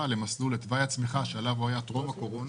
לתוואי הצמיחה שעליו הוא היה טרום הקורונה